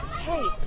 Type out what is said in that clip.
Hey